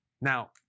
Now